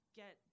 get